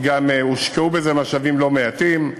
גם הושקעו בזה משאבים לא מעטים,